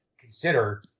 consider